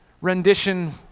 rendition